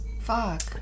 fuck